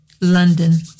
London